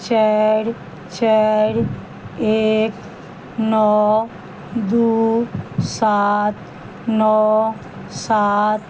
चारि चारि एक नओ दू सात नओ सात